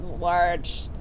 large